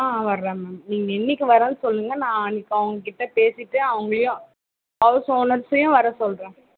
ஆ வருவாங்க மேம் நீங்கள் என்னைக்கு வரேன்னு சொல்லுங்கள் நான் அன்னைக்கு அவங்கக்கிட்ட பேசிட்டு அவங்களையும் ஹவுஸ் ஓனர்ஸையும் வரச் சொல்றேன்